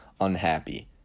unhappy